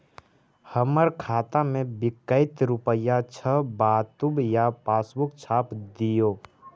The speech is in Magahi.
हमर खाता में विकतै रूपया छै बताबू या पासबुक छाप दियो?